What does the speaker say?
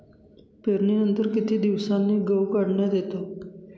पेरणीनंतर किती दिवसांनी गहू काढण्यात येतो?